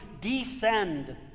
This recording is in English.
descend